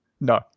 No